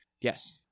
Yes